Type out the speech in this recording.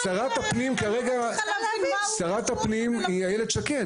שרת הפנים כרגע היא איילת שקד,